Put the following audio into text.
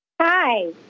Hi